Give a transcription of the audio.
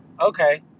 okay